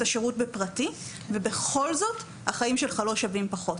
השירות בפרטי ובכל זאת החיים שלך לא שווים פחות,